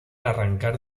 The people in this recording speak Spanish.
arrancar